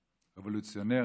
רבולוציונר.